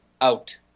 out